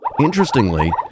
interestingly